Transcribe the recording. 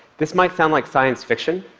this might sound like science fiction,